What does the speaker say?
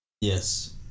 Yes